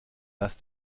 lass